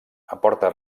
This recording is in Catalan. aporta